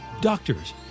Doctors